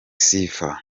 sifa